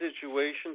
situation